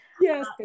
Yes